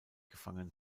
gefangen